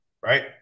right